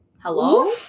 Hello